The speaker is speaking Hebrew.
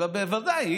אלא בוודאי,